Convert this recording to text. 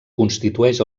constitueix